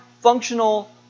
functional